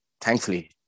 thankfully